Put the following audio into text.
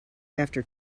after